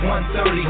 130